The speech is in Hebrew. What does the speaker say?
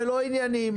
ולא עניינים.